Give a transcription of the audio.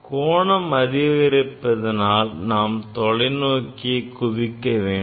கோணம் அதிகரிப்பதனால் நாம் தொலைநோக்கியை குவிக்க வேண்டும்